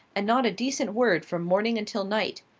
and not a decent word from morning until night.